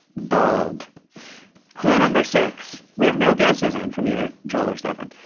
balde clue number six we have no guesses, and from either jola stefan,